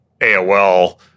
AOL